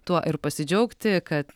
tuo ir pasidžiaugti kad